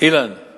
יש